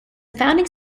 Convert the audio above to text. founding